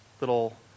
little